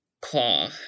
Claw